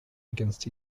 against